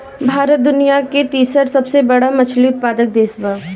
भारत दुनिया का तीसरा सबसे बड़ा मछली उत्पादक देश बा